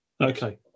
Okay